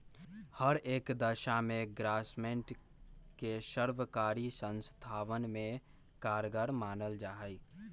हर एक दशा में ग्रास्मेंट के सर्वकारी संस्थावन में कारगर मानल जाहई